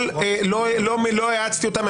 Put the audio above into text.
לא האצתי בהם.